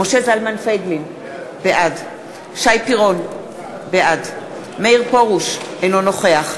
מייד בתום דבריו של חבר הכנסת לוין נתחיל להצביע.